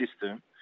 system